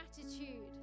gratitude